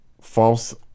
false